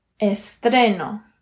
estreno